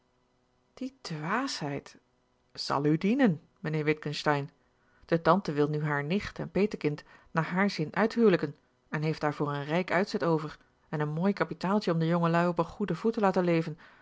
die dwaasheid zal u dienen mijnheer witgensteyn de tante wil nu hare nicht en petekind naar haar zin uithuwelijken en heeft daarvoor een rijk uitzet over en een mooi kapitaaltje om de jongelui op een goeden voet te laten leven